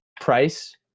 price